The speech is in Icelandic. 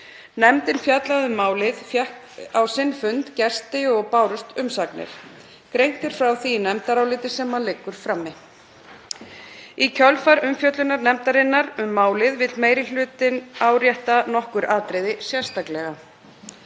Nefndin fjallaði um málið og fékk á sinn fund gesti og bárust umsagnir. Greint er frá því í nefndaráliti sem liggur frammi. Í kjölfar umfjöllunar nefndarinnar um málið vill meiri hlutinn árétta nokkur atriði sérstaklega.